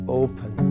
open